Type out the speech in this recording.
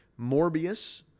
Morbius